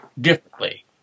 differently